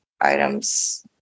items